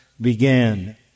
began